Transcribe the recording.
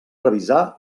revisar